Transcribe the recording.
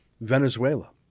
Venezuela